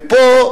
ופה,